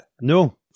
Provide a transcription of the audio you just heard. No